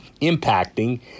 impacting